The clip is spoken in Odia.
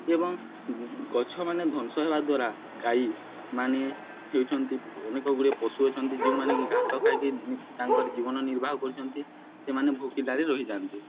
ଏବଂ ଗଛମାନେ ଧ୍ୱଂସ ହେବା ଦ୍ୱାରା ଗାଈମାନେ ହେଉଛନ୍ତି ଅନେକ ଗୁଡ଼ିଏ ପଶୁ ଅଛନ୍ତି ଯେଉଁମାନେକି ଘାସ ଖାଇକି ତାଙ୍କର ଜୀବନ ନିର୍ବାହ କରୁଛନ୍ତି ସେମାନେ ଭୋକିଲାରେ ରହିଯାନ୍ତି